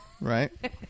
Right